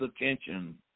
attention